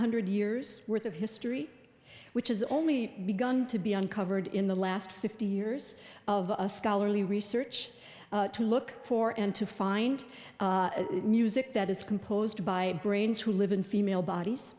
hundred years worth of history which is only begun to be uncovered in the last fifty years of a scholarly research to look for and to find music that is composed by brains who live in female bodies